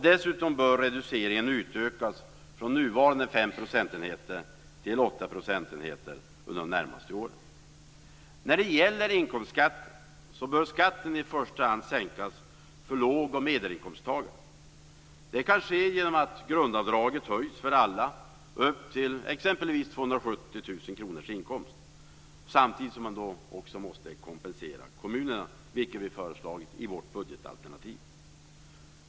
Dessutom bör reduceringen utökas från nuvarande fem procentenheter till åtta procentenheter under de närmaste åren. Inkomstskatterna bör i första hand sänkas för lågoch medelinkomsttagare. Det kan ske genom att grundavdraget höjs för alla upp till exempelvis 270 000 kronors inkomst, samtidigt som man också måste kompensera kommunerna, vilket vi har föreslagit i vårt budgetalternativ.